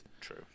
True